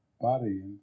body